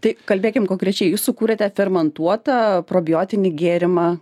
tai kalbėkim konkrečiai jūs sukūrėte fermentuotą probiotinį gėrimą